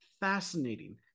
fascinating